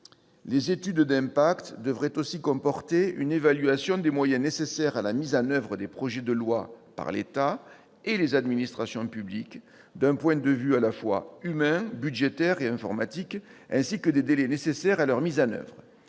Les études d'impact devront aussi comporter une évaluation des moyens nécessaires à la mise en oeuvre des projets de loi par l'État et les administrations publiques, d'un point de vue à la fois humain, budgétaire et informatique, ainsi que des délais nécessaires à leur mise en oeuvre.